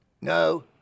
No